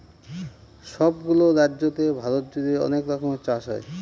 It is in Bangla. সব গুলো রাজ্যতে ভারত জুড়ে অনেক রকমের চাষ হয়